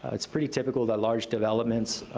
it's pretty typical that large developments,